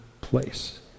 place